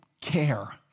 care